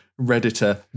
Redditor